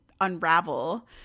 unravel